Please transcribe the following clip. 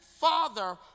father